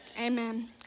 Amen